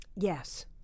Yes